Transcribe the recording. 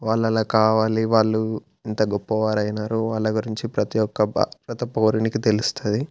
వాళ్ళు అలా కావాలి వాళ్ళు ఇంత గొప్పవారైనారు వాళ్ళ గురించి ప్రతీ ఒక్క ప్రతీ పౌరునికి తెలుస్తుంది